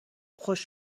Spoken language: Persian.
خشک